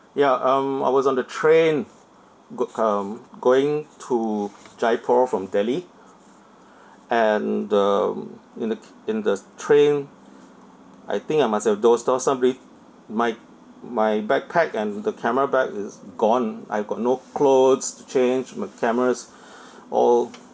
ya um I was on the train go um going to jaipur from delhi and um in the in the train I think I must have dozed off somebody might my backpack and the camera bag is gone I've got no clothes to change my camera's all